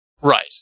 Right